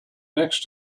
next